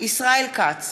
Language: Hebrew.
ישראל כץ,